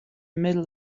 middle